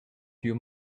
few